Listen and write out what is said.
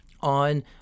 on